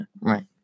Right